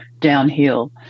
downhill